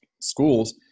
schools